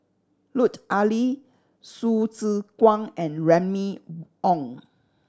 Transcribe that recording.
Lut Ali Hsu Tse Kwang and Remy Ong